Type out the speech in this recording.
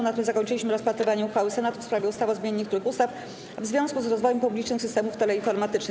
Na tym zakończyliśmy rozpatrywanie uchwały Senatu w sprawie ustawy o zmianie niektórych ustaw w związku z rozwojem publicznych systemów teleinformatycznych.